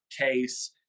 case